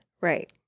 Right